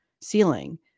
ceiling